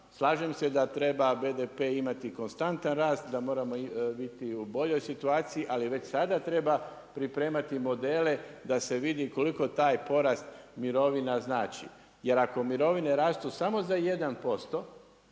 slažem se da treba BDP imati konstantan rast, da moramo biti u boljoj situaciji, ali već sada treba pripremati modele da se vidi koliko taj porast mirovina znači. Jer ako mirovine rastu samo za 1%